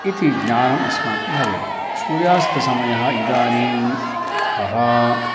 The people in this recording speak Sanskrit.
इति ज्ञानम् अस्माकं भवेत् सूर्यास्तसमयः इदानीं कः